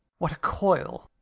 what a coil!